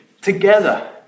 together